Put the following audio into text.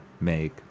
make